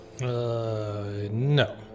no